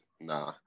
nah